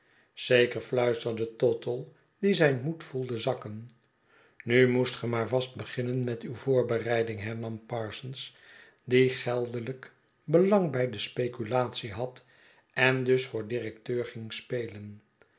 zeker fluisterde tottle die zijn moed voelde zakken nu moest ge maar vast beginnen met uw voorbereiding hernam parsons die geldelijk belang bij de speculatie had en dus voor directeur ging spelen